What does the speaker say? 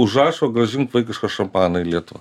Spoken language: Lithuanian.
užrašo gražint vaikišką šampaną į lietuvą